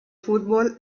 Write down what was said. fútbol